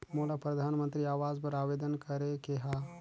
मोला परधानमंतरी आवास बर आवेदन करे के हा?